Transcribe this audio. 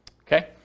okay